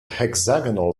hexagonal